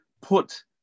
put